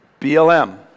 BLM